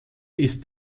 ist